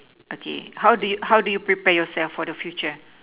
okay how do you how do you prepare yourself for the future